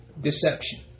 deception